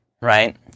right